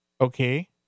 Okay